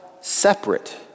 separate